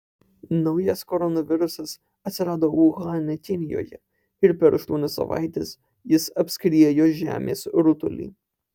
naujas koronavirusas atsirado uhane kinijoje ir per aštuonias savaites jis apskriejo žemės rutulį